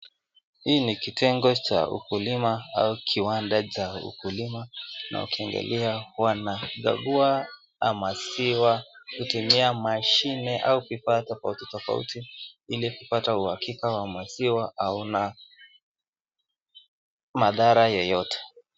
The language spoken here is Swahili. Hii ni kitengo cha ukulima au kiwanda cha ukulima na ukiangalia wanakagua maziwa kutumia mashine au vifaa tofauti tofauti ili kupata uhakika wa maziwa hauna madhara yoyote.